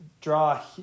draw